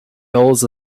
goals